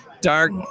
dark